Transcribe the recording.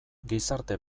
gizarte